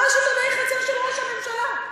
ממש עיתונאי חצר של ראש הממשלה,